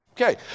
Okay